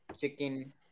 Chicken